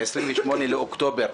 ב-28 לאוקטובר,